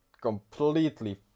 completely